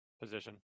position